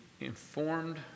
informed